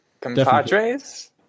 Compadres